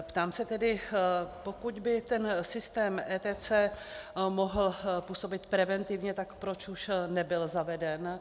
Ptám se tedy, pokud by ten systém ETCS mohl působit preventivně, tak proč už nebyl zaveden.